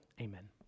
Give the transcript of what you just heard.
Amen